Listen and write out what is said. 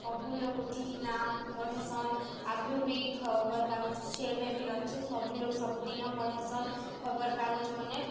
ସବୁ ଲୋକ୍ ଉଠିକିନା ପଢ଼୍ସନ୍ ଆଗ୍ରୁ ବି ଖବର୍ କାଗଜ୍ ଅଛେ ଏବେ ବି ଅଛେ ସବୁ ଲୋକ୍ ସବୁଦିନ୍ ପଢ଼୍ସନ୍ ଖବର୍ କାଗଜ୍ ମାନେ